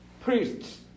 priests